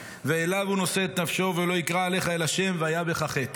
ואליו הוא נושא את נפשו ולא יקרא אליך אל השם והיה בך חטא".